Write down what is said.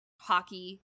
hockey